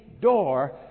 door